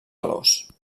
valors